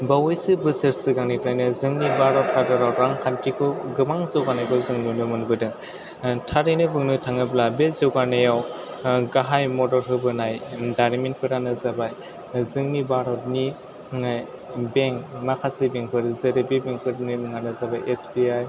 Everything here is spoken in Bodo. बावैसो बोसोर सिगांनिफ्रायनो जोंनि भारत हादराव रांखान्थिखौ गोबां जौगानायखौ जों नुनो मोनबोदों थारैनो बुंनो थाङोब्ला बे जौगानायाव गाहाय मदद होबोनाय दारिमिनफोरानो जाबाय जोंनि भारतनि माने बेंक माखासे बेंक फोर जेरै बे बेंकफोरनि मुङानो जाबाय एस बि आइ